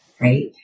right